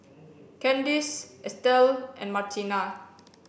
Candyce Estelle and Martina